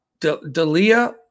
Dalia